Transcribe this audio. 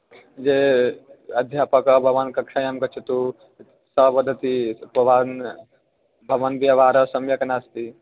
ये अध्यापकाः भवतः कक्षायां गच्छति सा वदन्ति भवतः भवतः व्यवहारः सम्यक् नास्ति